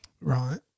Right